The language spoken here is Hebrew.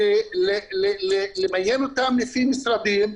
למיין אותן לפי משרדים,